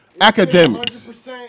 academics